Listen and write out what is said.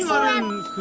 around